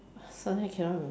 suddenly I cannot remember